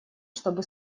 чтобы